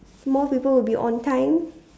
more people will be on time